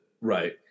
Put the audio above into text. right